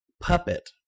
puppet